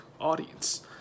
audience